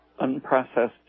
unprocessed